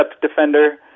defender